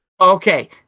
Okay